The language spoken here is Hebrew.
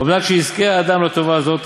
אומנם לכשיזכה האדם לטובה הזאת,